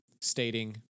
stating